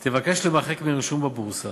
תבקש להימחק מרישום בבורסה,